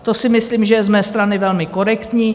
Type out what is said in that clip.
To si myslím, že je z mé strany velmi korektní.